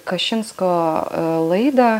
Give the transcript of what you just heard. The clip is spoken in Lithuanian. kašinsko laidą